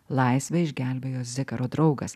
laisvę išgelbėjo zikaro draugas